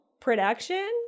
production